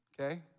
okay